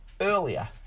earlier